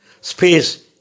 space